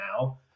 now